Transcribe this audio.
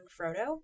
Frodo